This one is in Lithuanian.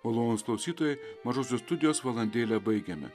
malonūs klausytojai mažosios studijos valandėlę baigiame